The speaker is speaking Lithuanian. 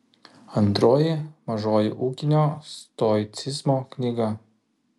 antroji mažoji ūkinio stoicizmo knyga